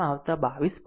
આમ આવતા 22